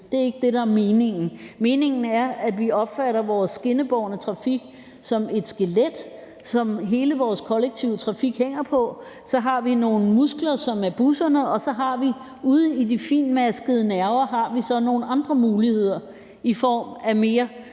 Det er ikke det, der er meningen. Meningen er, at vi opfatter vores skinnebårne trafik som et skelet, som hele vores kollektive trafik hænger på. Så har vi nogle muskler, som er busserne, og så har vi ude i de fintmaskede nerver nogle andre muligheder i form af mindre